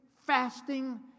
fasting